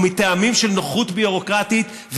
ומטעמים של נוחות ביורוקרטית,